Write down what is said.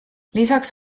lisaks